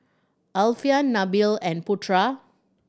Alfian Nabil and Putra